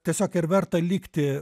tiesiog ir verta likti